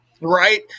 Right